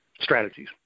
strategies